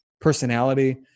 personality